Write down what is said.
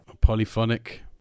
Polyphonic